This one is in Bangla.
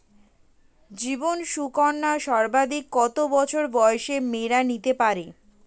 জীবন সুকন্যা সর্বাধিক কত বছর বয়সের মেয়েরা নিতে পারে?